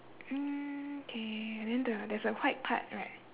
mm K and then the~ there's a white part right